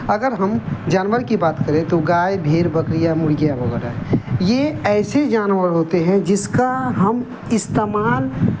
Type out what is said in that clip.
اگر ہم جانور کی بات کریں تو گائے بھیڑ بکری مرغیا وغیرہ یہ ایسے جانور ہوتے ہیں جس کا ہم استعمال